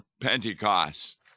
Pentecost